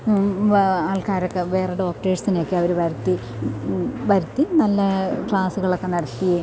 ആൾക്കാരൊക്കെ വേറെ ഡോക്റ്റേഴ്സിനെ ഒക്കെ അവർ വരുത്തി വരുത്തി നല്ല ക്ലാസ്സുകളൊക്കെ നൽകിയെയും